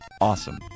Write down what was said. awesome